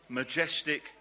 majestic